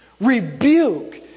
rebuke